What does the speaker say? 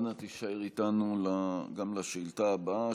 אנא תישאר איתנו גם לשאילתה הבאה,